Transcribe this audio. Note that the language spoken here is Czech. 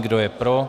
Kdo je pro?